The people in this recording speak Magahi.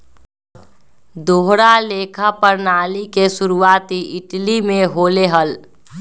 दोहरा लेखा प्रणाली के शुरुआती इटली में होले हल